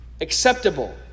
Acceptable